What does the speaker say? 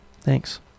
Thanks